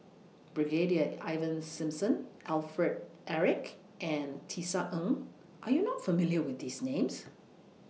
Brigadier Ivan Simson Alfred Eric and Tisa Ng Are YOU not familiar with These Names